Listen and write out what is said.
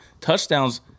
touchdowns